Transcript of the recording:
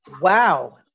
Wow